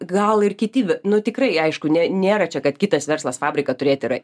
gal ir kiti nu tikrai aišku ne nėra čia kad kitas verslas fabriką turėt yra